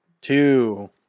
two